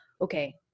okay